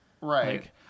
Right